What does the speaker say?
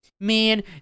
man